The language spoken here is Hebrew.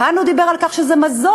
כאן הוא דיבר על כך שזה מזור.